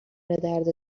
درد